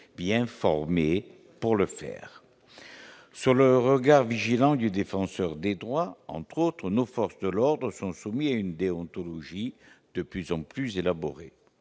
bien formés pour le faire sur le regard vigilant du défenseur des droits, entre autres, nos forces de l'ordre sont soumis à une déontologie de plus en plus élaborés,